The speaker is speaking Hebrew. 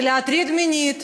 ולהטריד מינית,